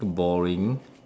boring